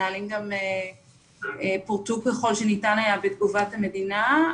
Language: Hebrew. הנהלים גם פורטו ככל שניתן היה, בתגובת המדינה.